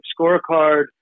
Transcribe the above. scorecard